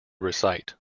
recite